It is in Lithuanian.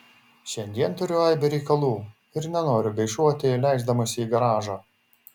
šiandien turiu aibę reikalų ir nenoriu gaišuoti leisdamasi į garažą